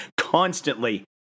constantly